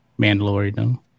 Mandalorian